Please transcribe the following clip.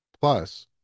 Plus